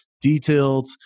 detailed